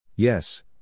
Yes